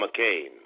McCain